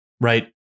Right